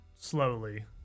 slowly